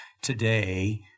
today